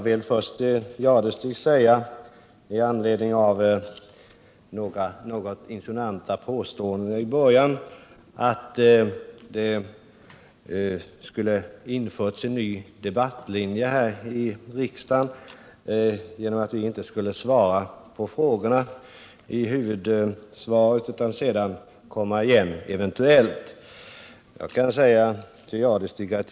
Herr talman! Thure Jadestig insinuerade att det skulle ha införts en ny debatteknik i riksdagen på så sätt att vi inte svarar på frågorna i huvudanförandet utan i kommande repliker.